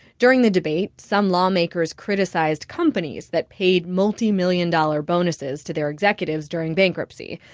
during the debate, some lawmakers criticized companies that paid multimillion-dollar bonuses to their executives during bankruptcy,